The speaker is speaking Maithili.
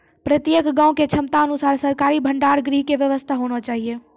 प्रत्येक गाँव के क्षमता अनुसार सरकारी भंडार गृह के व्यवस्था होना चाहिए?